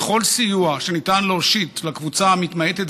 וכל סיוע שניתן להושיט לקבוצה המתמעטת